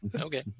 Okay